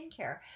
skincare